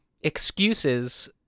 excuses